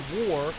war